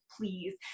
please